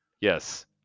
Yes